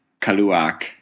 Kaluak